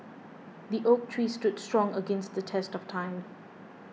the oak tree stood strong against the test of time